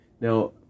Now